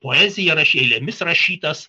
poezija eilėmis rašytas